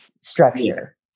structure